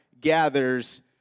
gathers